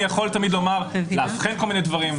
אני יכול לאבחן כל מיני דברים.